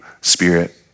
spirit